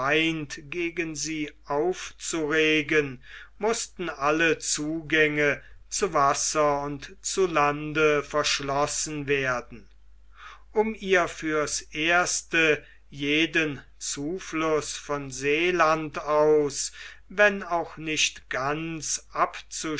gegen sie aufzuregen mußten alle zugänge zu wasser und zu land verschlossen werden um ihr fürs erste jeden zufluß von seeland aus wenn auch nicht ganz